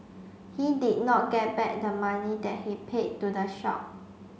he did not get back the money that he paid to the shop